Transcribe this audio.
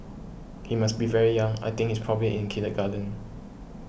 he must be very young I think he's probably in kindergarten